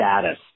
status